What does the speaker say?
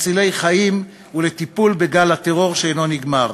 מצילי חיים, ולטיפול בגל הטרור שאינו נגמר.